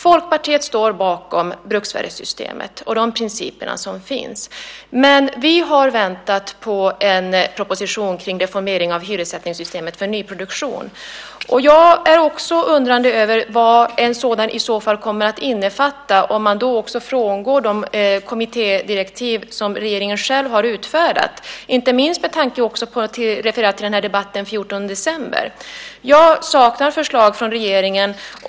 Folkpartiet står bakom bruksvärdessystemet och de principer som finns. Vi har väntat på en proposition om reformering av hyressättningssystemet för nyproduktion. Jag undrar också vad en sådan i så fall kommer att innefatta och om man då också frångår de kommittédirektiv som regeringen själv har utfärdat. Jag vill också referera till debatten den 14 december. Jag saknar förslag från regeringen.